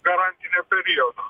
garantinio periodo